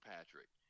Patrick